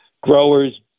growers